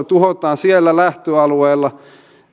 tuhotaan siellä lähtöalueella